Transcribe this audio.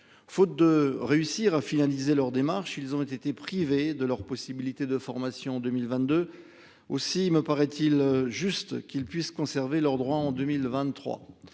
Faute de réussir à finaliser leur démarche, ils ont été privés de leur possibilité de formation en 2022. Il serait donc juste qu'ils puissent conserver leurs droits en 2023.